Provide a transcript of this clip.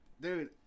dude